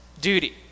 duty